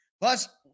Plus